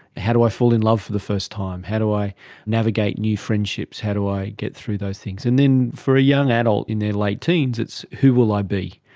how do i fall in love for the first time, how do i navigate new friendships, how do i get through those things? and then for ah young adults in their late teens, it's who will i be.